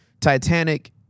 Titanic